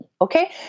Okay